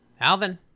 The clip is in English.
Alvin